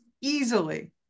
easily